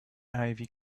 ivy